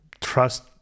trust